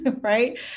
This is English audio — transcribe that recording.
right